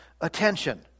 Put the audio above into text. attention